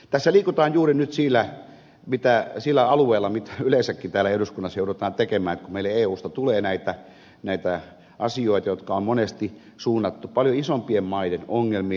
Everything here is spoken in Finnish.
tässä liikutaan juuri nyt sillä alueella millä yleensäkin täällä eduskunnassa joudutaan liikkumaan kun meille eusta tulee näitä asioita jotka ovat monesti suunnattuja paljon isompien maiden ongelmiin